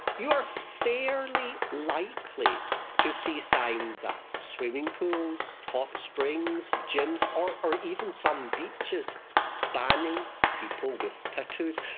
you are fairly likely to see signs at swimming pools, hot springs, gyms, or or even some beaches banning people with tattoos.